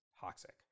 toxic